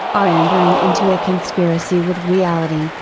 are entering into a conspiracy with reality,